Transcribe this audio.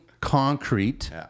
concrete